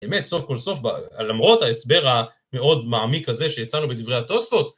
אמת סוף כל סוף, למרות ההסבר המאוד מעמיק הזה שיצרנו בדברי התוספות